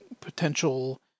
potential